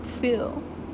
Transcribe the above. feel